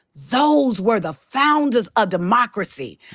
those were the founders of democracy.